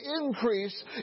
increase